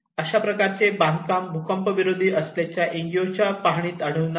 अशाप्रकारचे बांधकाम भूकंप विरोधी असल्याचे एनजीओच्या पाहणीत आढळून आले